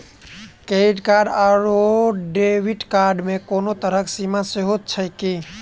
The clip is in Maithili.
क्रेडिट कार्ड आओर डेबिट कार्ड मे कोनो तरहक सीमा सेहो छैक की?